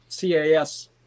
CAS